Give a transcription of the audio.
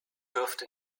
dürfte